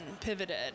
pivoted